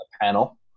panel